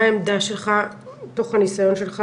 מה העמדה שלך מתוך הניסיון שלך,